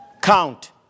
Count